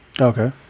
okay